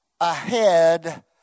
ahead